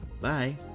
Bye